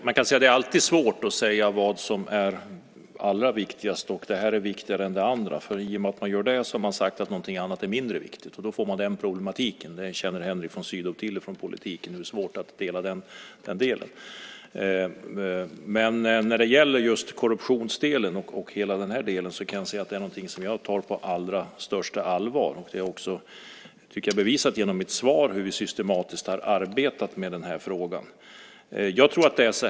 Fru talman! Det är alltid svårt att säga vad som är allra viktigast och att något är viktigare än något annat. I och med att man gör det har man sagt att något är mindre viktigt. Då får man den problematiken. Henrik von Sydow känner till från politiken hur svårt det är. Frågan om korruption är något som jag tar på allra största allvar. Jag tycker att jag har bevisat genom mitt svar hur vi systematiskt har arbetat med den här frågan.